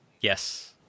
Yes